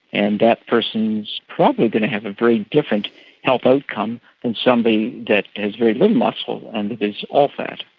and that person is probably going to have a very different health outcome than and somebody that has very little muscle and is all fat.